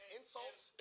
insults